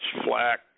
flack